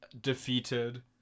defeated